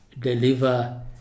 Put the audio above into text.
deliver